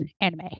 anime